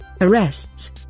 arrests